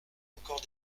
encore